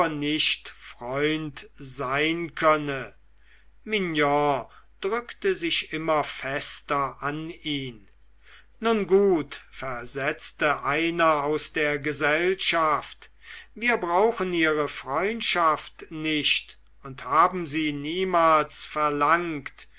nicht freund sein könne mignon drückte sich immer fester an ihn nun gut versetzte einer aus der gesellschaft wir brauchen ihre freundschaft nicht und haben sie niemals verlangt